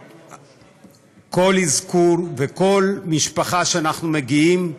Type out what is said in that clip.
וכל אזכור וכל משפחה שאנחנו מגיעים אליה,